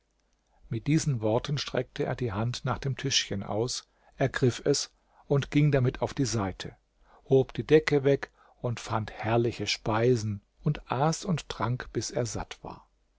mit diesen worten streckte er die hand nach dem tischchen aus ergriff es und ging damit auf die seite hob die decke weg und fand herrliche speisen und aß und trank bis er satt war